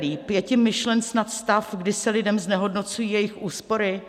Je tím myšlen snad stav, kdy se lidem znehodnocují jejich úspory?